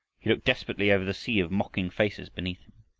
he looked desperately over the sea of mocking faces beneath him.